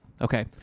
Okay